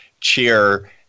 cheer